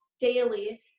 daily